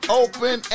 open